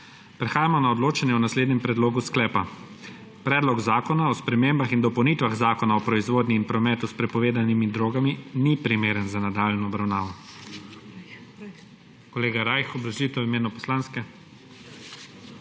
Prehajamo na odločanje o naslednjem predlogu sklepa: Predlog zakona o spremembah in dopolnitvah Zakona o proizvodnji in prometu s prepovedanimi drogami ni primeren za nadaljnjo obravnavo. Kolega Rajh, obrazložitev v imenu poslanske.